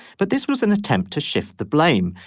but this was an attempt to shift the blame.